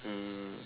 mm